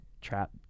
trap